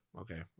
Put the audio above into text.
okay